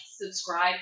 subscribe